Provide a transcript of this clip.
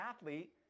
athlete